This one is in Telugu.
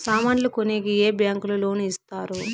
సామాన్లు కొనేకి ఏ బ్యాంకులు లోను ఇస్తారు?